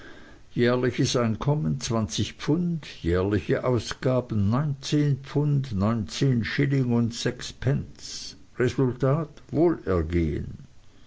jährliches einkommen zwanzig pfund jährliche ausgaben neunzehn pfund neunzehn schilling sechs pence resultat wohlergehen